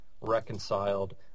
reconciled